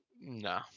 No